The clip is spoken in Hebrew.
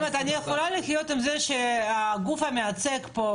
אני יכולה לחיות עם זה שהגוף המייצג פה,